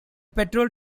petrol